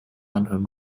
anhören